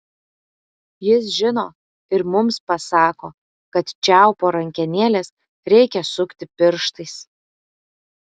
jis žino ir mums pasako kad čiaupo rankenėles reikia sukti pirštais